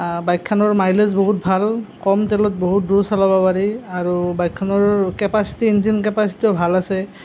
বাইকখনৰ মাইলেজ বহুত ভাল কম তেলত বহুত দূৰ চলাব পাৰি আৰু বাইকখনৰ কেপাচিটী ইঞ্জিন কেপাচিটীও ভাল আছে